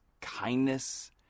kindness